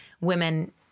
women